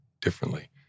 differently